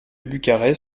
bucarest